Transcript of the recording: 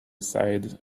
aside